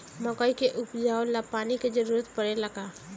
मकई के उपजाव ला पानी के जरूरत परेला का?